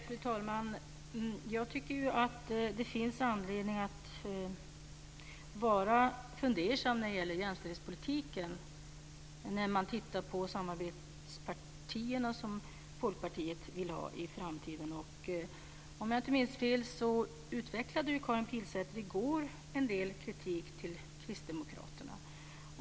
Fru talman! Jag tycker att det finns anledning att vara fundersam när det gäller jämställdhetspolitiken när man tittar på de samarbetspartier som Folkpartiet vill ha i framtiden. Om jag inte minns fel uttalade Karin Pilsäter i går en del kritik mot Kristdemokraterna.